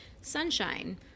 sunshine